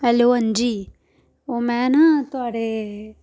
hello हां जी oh में नां थुआढ़े